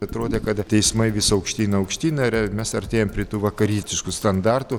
atrodė kad teismai vis aukštyn aukštyn ir mes artėjam prie tų vakarietiškų standartų